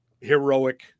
heroic